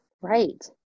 Right